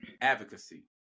advocacy